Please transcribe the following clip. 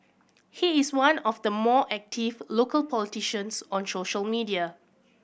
he is one of the more active local politicians on social media